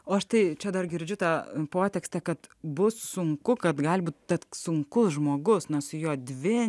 o štai čia dar girdžiu tą potekstę kad bus sunku kad galime tad sunku žmogus nors jo dvi